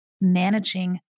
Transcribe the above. managing